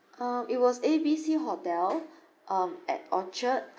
um it was A B C hotel um at orchard